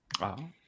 Wow